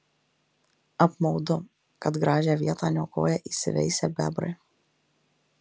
apmaudu kad gražią vietą niokoja įsiveisę bebrai